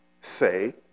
say